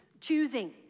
choosing